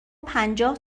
پنجاه